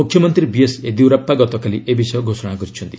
ମୁଖ୍ୟମନ୍ତ୍ରୀ ବିଏସ୍ ୟେଦିୟୁରାପ୍ପା ଗତକାଲି ଏ ବିଷୟ ଘୋଷଣା କରିଛନ୍ତି